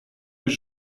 już